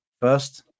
First